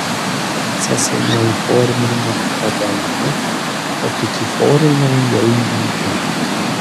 procesai nuo įforminimo ne pradedami o tik įforminami jau įvykę